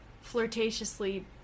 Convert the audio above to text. flirtatiously